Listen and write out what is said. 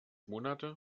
monate